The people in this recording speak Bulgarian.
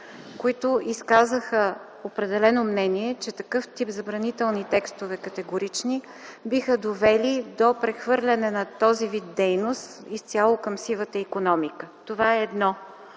които изказаха определено мнение, че такъв тип забранителни текстове – категорични, биха довели до прехвърляне на този вид дейност изцяло към сивата икономика. Това е едно.